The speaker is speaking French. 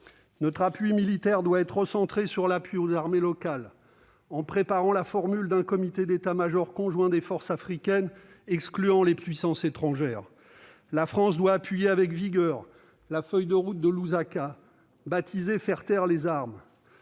Notre appui militaire doit être recentré sur le soutien aux armées locales, en retenant la formule d'un comité d'état-major conjoint des forces africaines qui exclue les puissances étrangères. La France doit soutenir avec vigueur la feuille de route de Lusaka baptisée « Faire taire les armes en